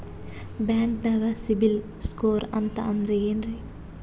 ಬ್ಯಾಂಕ್ದಾಗ CIBIL score ಅಂತ ಅಂದ್ರೆ ಏನ್ರೀ?